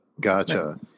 gotcha